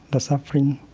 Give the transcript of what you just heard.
the suffering,